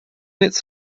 its